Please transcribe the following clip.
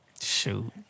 Shoot